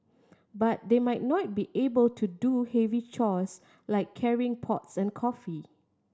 but they might not be able to do heavy chores like carrying pots and coffee